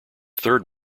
third